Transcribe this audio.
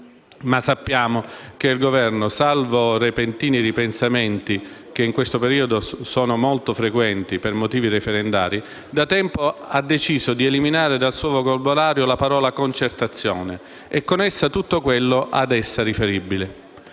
Ma sappiamo che il Governo - salvo repentini ripensamenti, in questo periodo molto frequenti motivati da necessità referendarie - da tempo ha deciso di eliminare dal suo vocabolario la parola concertazione e con essa tutto quanto a essa riferibile,